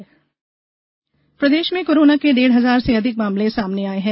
corona प्रदेश प्रदेश में कोरोना के डेढ़ हजार से अधिक मामले सामने आये हैं